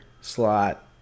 slot